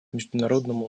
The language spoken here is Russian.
международному